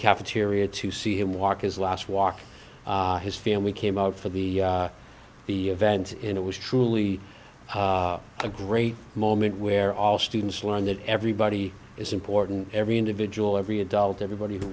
cafeteria to see him walk his last walk his family came out for the event and it was truly a great moment where all students learn that everybody is important every individual every adult everybody who